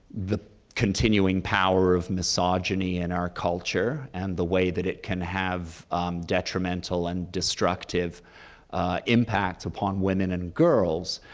the continuing power of misogyny in our culture and the way that it can have detrimental and destructive impacts upon women and girls.